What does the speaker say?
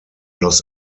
los